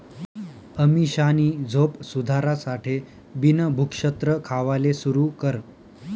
अमीषानी झोप सुधारासाठे बिन भुक्षत्र खावाले सुरू कर